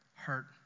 hurt